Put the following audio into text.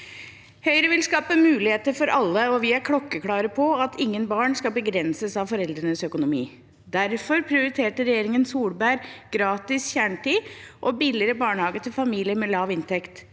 Høyre vil skape muligheter for alle, og vi er klokkeklare på at ingen barn skal begrenses av foreldrenes økonomi. Derfor prioriterte regjeringen Solberg gratis kjernetid og billigere barnehage til familier med lav inntekt,